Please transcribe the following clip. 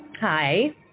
Hi